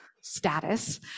status